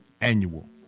annual